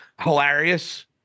hilarious